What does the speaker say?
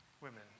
women